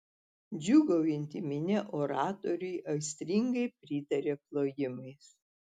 džiūgaujanti minia oratoriui aistringai pritarė plojimais